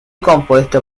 compuesto